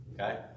Okay